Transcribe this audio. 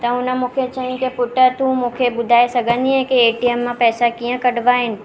त हुन मूंखे चई की पुटु तूं मूंखे ॿुधाए सघंदी आहे की एटीएम मां पैसा कीअं कढॿा आहिनि